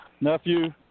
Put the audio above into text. nephew